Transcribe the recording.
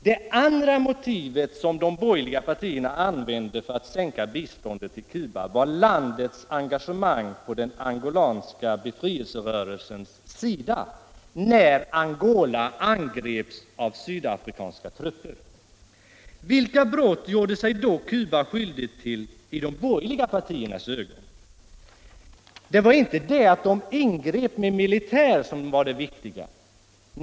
Det andra motivet som de borgerliga partierna använde för att sänka biståndet till Cuba var landets engagemang på den angolanska befrielserörelsens sida när Angola angreps av sydafrikanska trupper. Vilket brott gjorde sig då Cuba skyldigt till i de borgerliga partiernas ögon? Det var inte det att kubanerna ingrep med militär som var det viktiga.